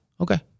Okay